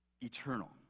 eternal